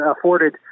afforded